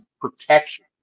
protection